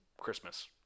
Christmas